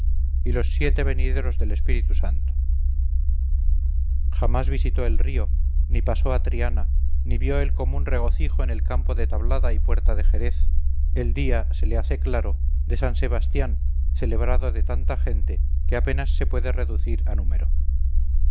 y los siete venideros del espíritu santo jamás visitó el río ni pasó a triana ni vio el común regocijo en el campo de tablada y puerta de jerez el día se le hace claro de san sebastián celebrado de tanta gente que apenas se puede reducir a número